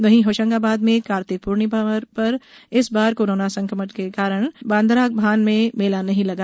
वहीं होशंगाबाद में कार्तिक पूर्णिमा पर इस बार कोरोना संकट के कारण बादंराभान में मेला नहीं लगा